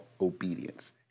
obedience